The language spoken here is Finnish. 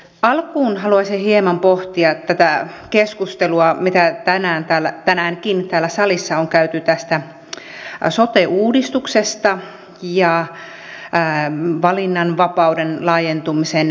alkuun haluaisin hieman pohtia tätä keskustelua mitä tänäänkin täällä salissa on käyty tästä sote uudistuksesta ja valinnanvapauden laajentumisen möröistä